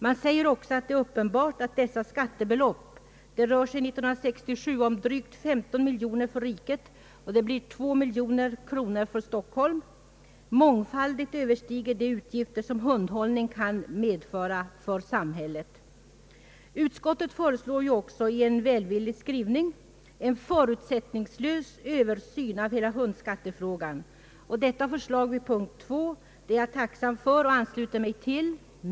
Man säger också att det är uppenbart att dessa skattebelopp — det rör sig för år 1967 om drygt 15 miljoner kronor för riket, därav 2 miljoner kronor för Stockholm — mångfaldigt överstiger de utgifter som hundhållningen kan medföra för samhället. Utskottet föreslår också i en välvillig skrivning en förutsättningslös översyn av hela hundskattefrågan. Detta förslag, vid punkten 2 i utskottets hemställan, är jag tacksam för och ansluter mig till.